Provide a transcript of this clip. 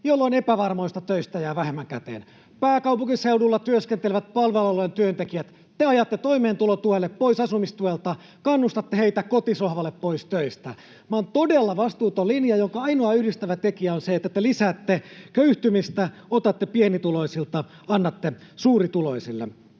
jolloin epävarmoista töistä jää vähemmän käteen. Pääkaupunkiseudulla työskentelevät palvelualojen työntekijät te ajatte toimeentulotuelle, pois asumistuelta, kannustatte heitä kotisohvalle pois töistä. Tämä on todella vastuuton linja, jonka ainoa yhdistävä tekijä on se, että te lisäätte köyhtymistä, otatte pienituloisilta, annatte suurituloisille.